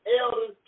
elders